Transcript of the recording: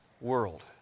world